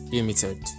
Limited